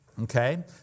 Okay